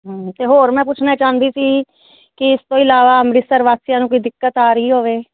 ਅਤੇ ਹੋਰ ਮੈਂ ਪੁੱਛਣਾ ਚਾਹੁੰਦੀ ਸੀ ਕਿ ਇਸ ਤੋਂ ਇਲਾਵਾ ਅੰਮ੍ਰਿਤਸਰ ਵਾਸੀਆਂ ਨੂੰ ਕੋਈ ਦਿੱਕਤ ਆ ਰਹੀ ਹੋਵੇ